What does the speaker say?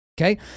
Okay